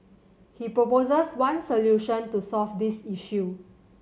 he proposes one solution to solve this issue